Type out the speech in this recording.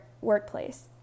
workplace